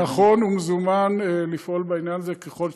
אני נכון ומזומן לפעול בעניין הזה ככל שצריך.